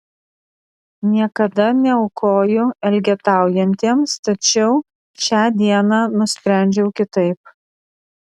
niekada neaukoju elgetaujantiems tačiau šią dieną nusprendžiau kitaip